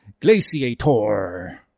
Glaciator